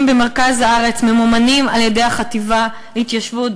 במרכז הארץ ממומנים על-ידי החטיבה להתיישבות,